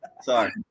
sorry